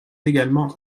également